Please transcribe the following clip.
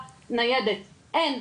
אין.